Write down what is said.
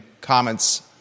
comments